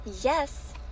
yes